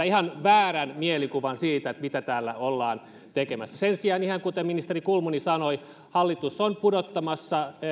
ihan väärän mielikuvan siitä mitä täällä ollaan tekemässä sen sijaan ihan kuten ministeri kulmuni sanoi hallitus on pudottamassa